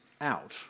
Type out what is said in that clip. out